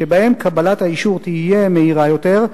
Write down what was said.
שבהם קבלת האישור תהיה מהירה יותר,